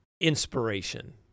inspiration